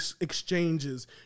exchanges